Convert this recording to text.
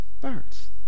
birds